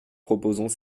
proposons